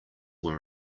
were